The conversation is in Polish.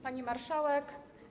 Pani Marszałek!